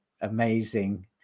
amazing